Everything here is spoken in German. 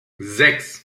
sechs